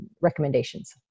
recommendations